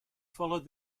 followed